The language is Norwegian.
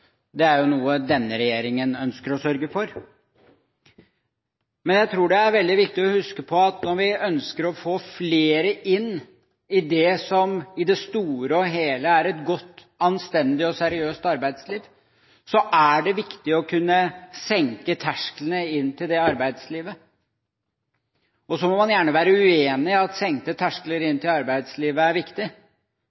Det er noe denne regjeringen ønsker å sørge for. Men jeg tror det er veldig viktig å huske på at når vi ønsker å få flere inn i det som i det store og hele er et godt, anstendig og seriøst arbeidsliv, så er det viktig å kunne senke tersklene inn til det arbeidslivet. Så må man gjerne være uenig i at senkede terskler